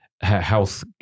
health